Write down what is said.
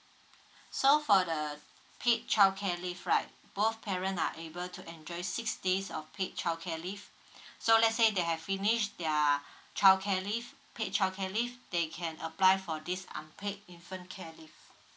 so for the paid childcare leave right both parent are able to enjoy six days of paid childcare leave so let's say they have finished their childcare leave paid childcare leave they can apply for this unpaid infant care leave